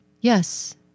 yes